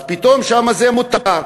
אז פתאום שם זה מותר.